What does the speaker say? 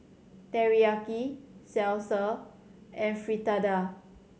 Teriyaki Salsa and Fritada